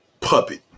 puppet